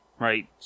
right